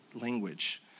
language